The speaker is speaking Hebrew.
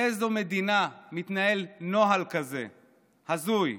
באיזו מדינה מתנהל נוהל כזה הזוי?